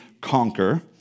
conquer